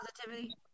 positivity